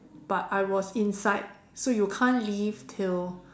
but I was inside so you can't leave till